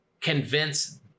convince